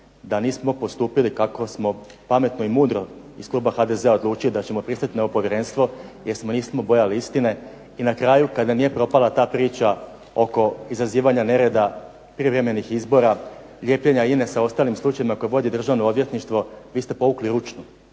da nismo postupili kako smo pametno i mudro iz kluba HDZ-a odlučili da ćemo pristati na ovo povjerenstvo jer se nismo bojali istine i na kraju kada nije propala ta priča oko izazivanja nereda, prijevremenih izbora, lijepljenja INA-e sa ostalim slučajevima koje vodi Državno odvjetništvo vi ste povukli ručnu,